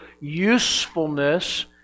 usefulness